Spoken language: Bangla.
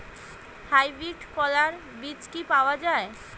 হাইব্রিড করলার বীজ কি পাওয়া যায়?